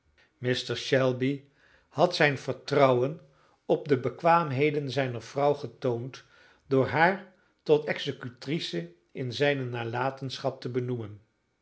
mr shelby had zijn vertrouwen op de bekwaamheden zijner vrouw getoond door haar tot executrice in zijne nalatenschap te benoemen